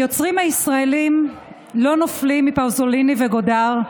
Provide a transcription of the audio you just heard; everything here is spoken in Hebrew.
היוצרים הישראלים לא נופלים מפאוזוליני וגודאר.